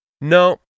no